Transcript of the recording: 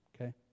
okay